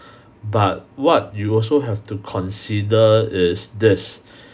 but what you also have to consider is this